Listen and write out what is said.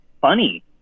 funny